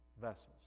vessels